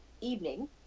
evening